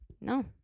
no